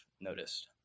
noticed